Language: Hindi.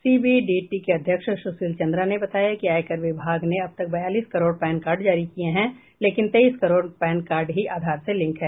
सीबीडीटी के अध्यक्ष सुशील चन्द्रा ने बताया कि आयकर विभाग ने अब तक बयालीस करोड़ पैन कार्ड जारी किये हैं लेकिन तेईस करोड़ पैन कार्ड ही आधार से लिंक है